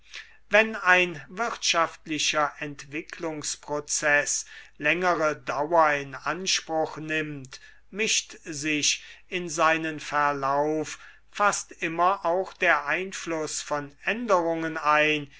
wenn ein wirtschaftlicher entwicklungsprozeß längere dauer in anspruch nimmt mischt sich in seinen verlauf fast immer auch der einfluß von änderungen ein